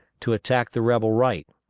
to attack the rebel right,